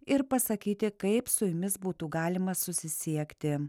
ir pasakyti kaip su jumis būtų galima susisiekti